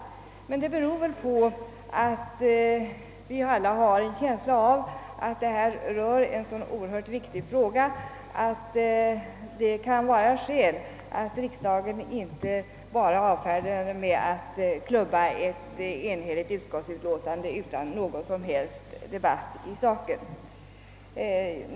Emellertid beror det väl på att vi alla har en känsla av att detta är en så oerhört viktig fråga att det kan finnas skäl för riks dagen att inte bara avfärda den med att klubba ett enhälligt utlåtande utan någon som helst debatt i saken.